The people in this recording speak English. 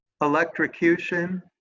electrocution